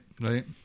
right